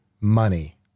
money